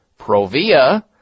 Provia